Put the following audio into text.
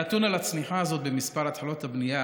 הנתון על הצניחה הזאת במספר התחלות הבנייה